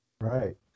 Right